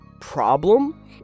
problem